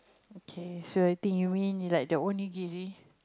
okay so I think you mean like the origin